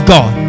God